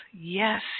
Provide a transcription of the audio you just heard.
yes